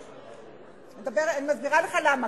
אני מסבירה לך למה,